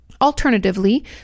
alternatively